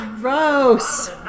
gross